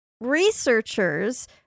researchers